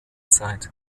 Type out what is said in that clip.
zeit